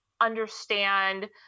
understand